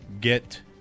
Get